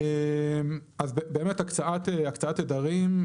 אז באמת הקצאת תדרים,